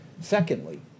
Secondly